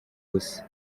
gusa